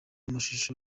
amashusho